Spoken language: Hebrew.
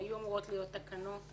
היו אמורות להיות תקנות